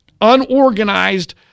unorganized